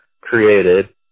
created